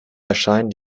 erscheinen